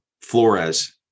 Flores